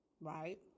right